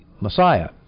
Messiah